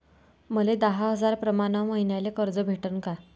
मले दहा हजार प्रमाण मईन्याले कर्ज भेटन का?